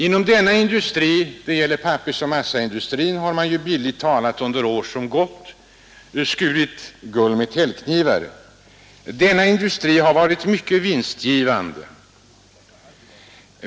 Inom pappersoch massaindustrin har man bildligt talat under år som gått skurit guld med täljknivar. Denna industri har varit mycket vinstgivande.